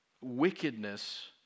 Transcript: wickedness